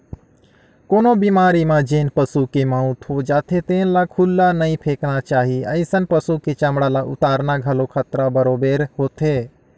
कोनो बेमारी म जेन पसू के मउत हो जाथे तेन ल खुल्ला नइ फेकना चाही, अइसन पसु के चमड़ा ल उतारना घलो खतरा बरोबेर होथे